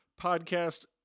podcast